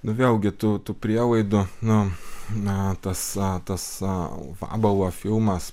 nu vėlgi tų tų prielaidų nu na tas tas vabalo filmas bogbesteris